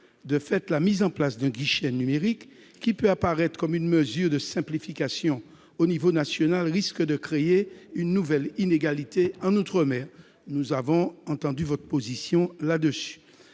De fait, la mise en place d'un guichet numérique qui peut apparaître comme une mesure de simplification au niveau national risque de créer une nouvelle inégalité en outre-mer. Nous avons entendu votre position sur